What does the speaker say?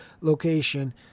location